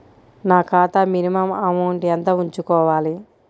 నా ఖాతా minimum amount ఎంత ఉంచుకోవాలి?